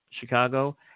Chicago